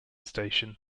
station